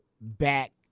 back